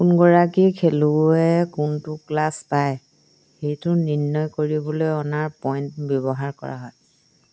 কোনগৰাকী খেলুৱৈয়ে কোনটো ক্লাছ পায় সেইটো নিৰ্ণয় কৰিবলৈ অনাৰ পইণ্ট ব্যৱহাৰ কৰা হয়